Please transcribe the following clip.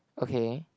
okay